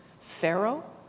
Pharaoh